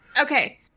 Okay